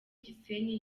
gisenyi